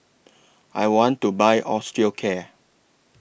I want to Buy Osteocare